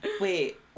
Wait